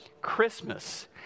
Christmas